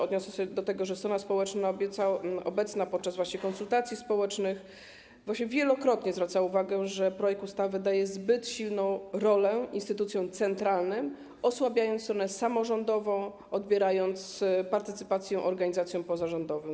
Odniosę się też do tego, że strona społeczna, obecna podczas konsultacji społecznych, wielokrotnie zwracała uwagę, że projekt ustawy daje zbyt silną rolę instytucjom centralnym, osłabiając stronę samorządową, odbierając partycypację organizacjom pozarządowym.